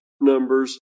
numbers